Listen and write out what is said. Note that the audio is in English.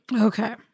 Okay